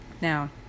Now